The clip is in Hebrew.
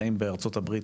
חיים בארצות הברית,